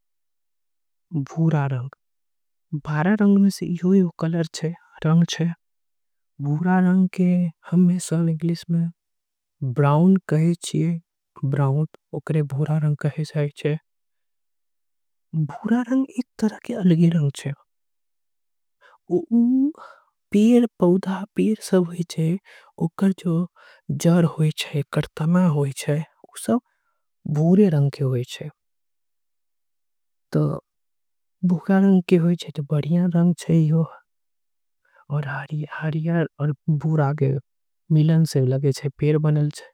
भूरा रंग भी बारह रंग में से एक रंग होइए। छे भूरा रंग के इंग्लिश में ब्राउन कलर कहे। छे गुलाबी रंग ज्यादातर बच्ची सब के। पसंद आवे छे छोट छोट निक निक। बच्ची जो होय छे ओकरा के पसंद आवे। छे भूरा रंगगाढ़ा होई छे।